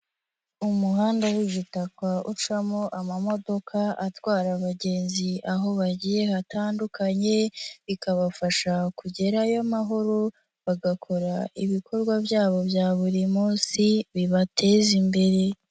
Umuhanda wigitaka ucamo amamodoka atwara abagenzi aho bagiye hatandukanye, bikabafasha kugerayo mahoro, bagakora ibikorwa byabo bya buri munsi bibateza imbere.